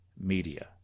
media